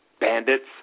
bandits